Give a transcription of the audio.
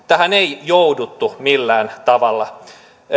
tähän ei jouduttu millään tavalla